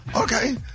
Okay